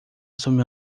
assumiu